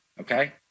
Okay